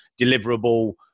deliverable